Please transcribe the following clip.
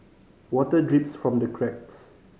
water drips from the cracks